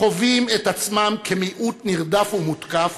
חווים את עצמם כמיעוט נרדף ומותקף,